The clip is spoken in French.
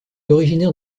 originaire